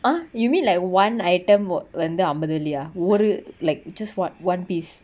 ah you mean like one item oh வந்து அம்பது வெள்ளியா ஒரு:vanthu ambathu velliya oru like just one one piece